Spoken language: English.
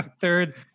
Third